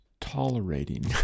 Tolerating